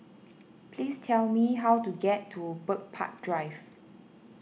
please tell me how to get to Bird Park Drive